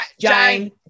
jane